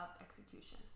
execution